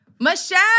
Michelle